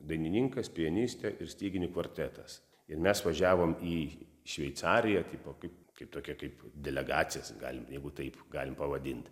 dainininkas pianistė ir styginių kvartetas ir mes važiavom į šveicariją tipo kaip kaip tokia kaip delegacija galim jeigu taip galim pavadint